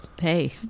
hey